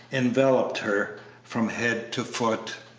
enveloped her from head to foot.